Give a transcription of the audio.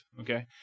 Okay